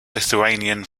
lithuanian